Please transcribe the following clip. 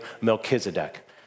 Melchizedek